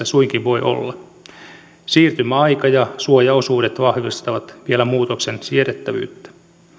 suinkin voi olla siirtymäaika ja suojaosuudet vielä vahvistavat muutoksen siedettävyyttä